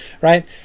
right